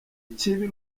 kibi